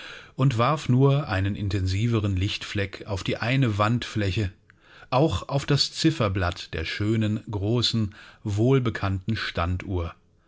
und warf nur einen intensiveren lichtfleck auf die eine wandfläche auch auf das zifferblatt der schönen großen wohlbekannten standuhr